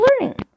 learning